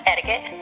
Etiquette